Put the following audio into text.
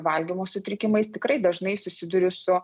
valgymo sutrikimais tikrai dažnai susiduriu su